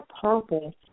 purple